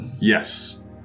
Yes